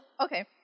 okay